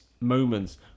moments